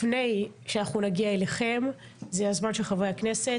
לפני שנגיע אליכם, זה הזמן של חברי הכנסת.